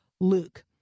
Luke